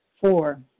Four